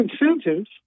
incentives